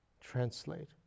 translate